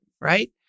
right